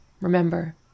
Remember